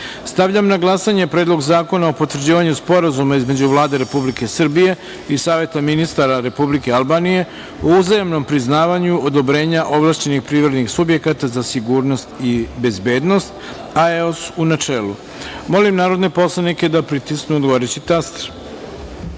na glasanje Predlog zakona o potvrđivanju Sporazuma između Vlade Republike Srbije i Saveta ministara Republike Albanije o uzajamnom priznavanju odobrenja ovlašćenih privrednih subjekata za sigurnost i bezbednost (AEOS), u načelu. Molim narodne poslanike da pritisnu odgovarajući